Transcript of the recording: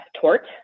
tort